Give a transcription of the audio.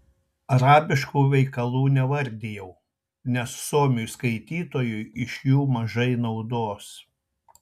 arabiškų veikalų nevardijau nes suomiui skaitytojui iš jų mažai naudos